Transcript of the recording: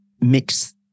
mix